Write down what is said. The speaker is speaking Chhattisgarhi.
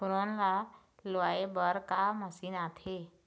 फोरन ला लुआय बर का मशीन आथे?